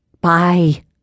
Bye